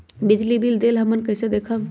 बिजली बिल देल हमन कईसे देखब?